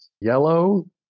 yellow